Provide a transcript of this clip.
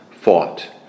fought